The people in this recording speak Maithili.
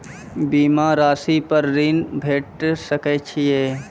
बीमा रासि पर ॠण भेट सकै ये?